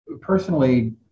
personally